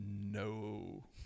no